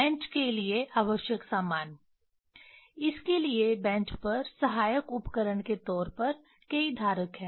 bench के लिए आवश्यक सामान इसके लिए बेंच पर सहायक उपकरण के तौर पर कई धारक हैं